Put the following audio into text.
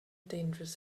dangerous